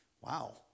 Wow